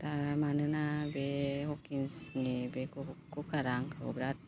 दा मानोना बे हकिन्सनि बे कुकारा आंखौ बिराद